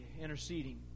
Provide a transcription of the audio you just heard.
Interceding